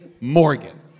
Morgan